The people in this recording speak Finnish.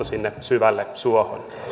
sinne syvälle suohon